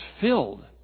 filled